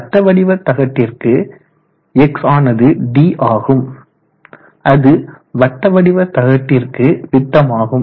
வட்ட வடிவ தகடிற்கு X ஆனது d ஆகும் அது வட்ட வடிவ தகட்டிற்கு விட்டமாகும்